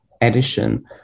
edition